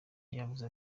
yavuze